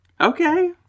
Okay